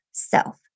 self